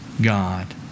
God